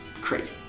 crazy